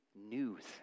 news